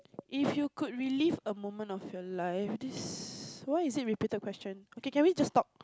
if you could relieve a moment of your life this why is it repeated question okay can we just talk